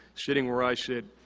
sitting where i sit,